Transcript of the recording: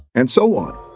and so on.